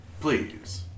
Please